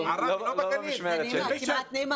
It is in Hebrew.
זה נאמר בדיון,